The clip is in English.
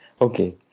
Okay